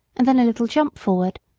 and then a little jump forward.